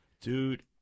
Dude